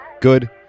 good